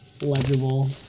legible